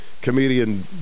comedian